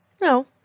No